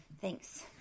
Thanks